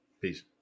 Peace